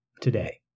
today